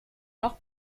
noch